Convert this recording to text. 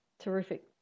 Terrific